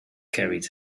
carried